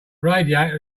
radiator